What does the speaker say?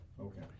Okay